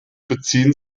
beziehen